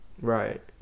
Right